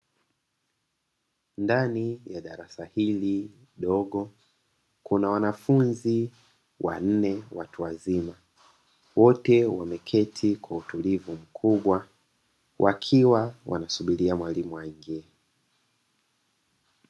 Ndani ya darasa hili dogo kuna wanafunzi wanne watu wazima, wote wameketi kwa utulivu mkubwa wakiwa wanasubiria mwalimu aingie.